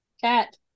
Cat